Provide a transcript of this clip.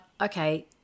okay